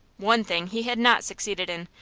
one thing he had not succeeded in,